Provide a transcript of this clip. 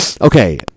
Okay